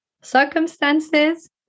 circumstances